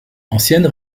ancienne